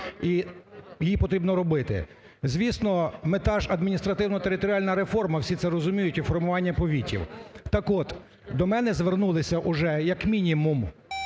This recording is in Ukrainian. І її потрібно робити. Звісно, мета ж – адміністративно-територіальна реформа, всі це розуміють, і формування повітів. Так от, до мене звернулися уже як мінімум